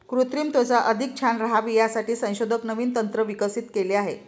कृत्रिम त्वचा अधिक छान राहावी यासाठी संशोधक नवीन तंत्र विकसित केले आहे